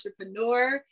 entrepreneur